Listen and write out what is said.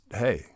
hey